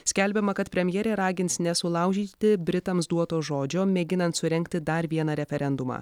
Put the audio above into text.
skelbiama kad premjerė ragins nesulaužyti britams duoto žodžio mėginant surengti dar vieną referendumą